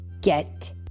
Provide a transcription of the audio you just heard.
get